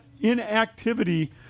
inactivity